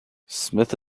smith